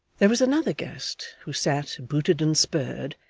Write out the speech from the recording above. there was another guest, who sat, booted and spurred,